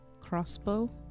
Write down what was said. crossbow